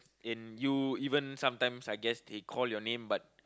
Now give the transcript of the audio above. and you even sometimes I guess they call your name but